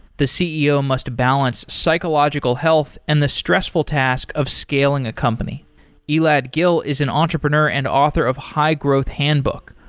the ceo must balance psychological health and the stressful task of scaling a company elad gil is an entrepreneur and author of high growth handbook,